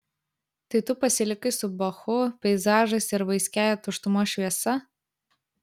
tai tu pasilikai su bachu peizažais ir vaiskiąja tuštumos šviesa